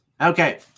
Okay